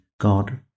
God